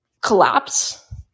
collapse